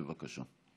בבקשה.